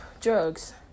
drugs